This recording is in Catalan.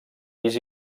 pis